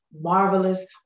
marvelous